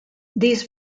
these